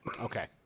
Okay